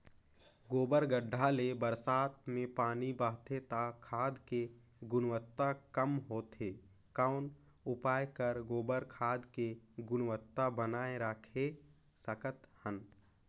गोबर गढ्ढा ले बरसात मे पानी बहथे त खाद के गुणवत्ता कम होथे कौन उपाय कर गोबर खाद के गुणवत्ता बनाय राखे सकत हन?